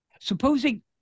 Supposing